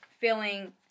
feeling